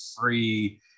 free